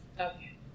Okay